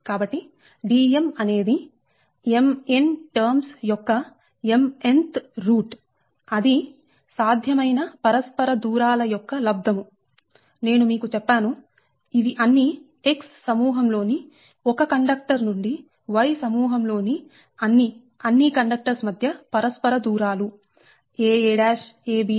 కాబట్టి Dm అనేది mn terms యొక్క mnth రూట్ అది సాధ్యమైన పరస్పర దూరాల యొక్క లబ్ధము నేను మీకు చెప్పాను ఇవి అన్ని X సమూహం లోని ఒక కండక్టర్ నుండి Y సమూహం లోని అన్ని అన్ని కండక్టర్స్ మధ్య పరస్పర దూరాలు aa ab